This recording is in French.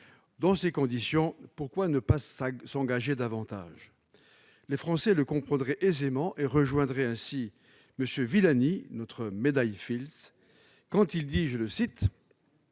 Dans ces conditions, pourquoi ne pas s'engager davantage ? Les Français le comprendraient aisément et rejoindraient M. Villani, notre médaille Fields, quand il dit :« Il